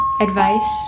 advice